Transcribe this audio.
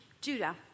Judah